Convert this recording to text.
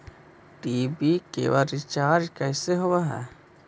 TV cable recharge कैसे होब हइ?